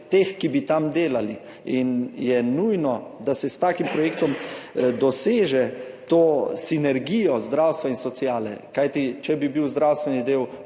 teh, ki bi tam delali. Nujno je, da se s takim projektom doseže to sinergijo zdravstva in sociale. Kajti če bi bil zdravstveni del